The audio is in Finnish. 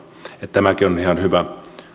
tämäkin on on ihan hyvä